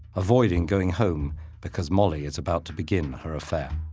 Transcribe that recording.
avoiding going home because molly is about to begin her affair.